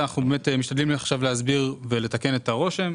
אנחנו באמת משתדלים להסביר ולתקן את הרושם.